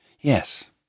Yes